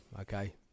okay